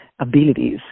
abilities